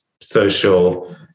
social